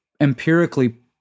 empirically